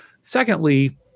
Secondly